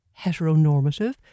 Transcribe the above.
heteronormative